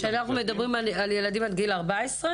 --- כשאנחנו מדברים על ילדים עד גיל 14?